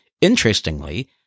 Interestingly